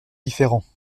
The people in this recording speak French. différents